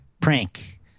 prank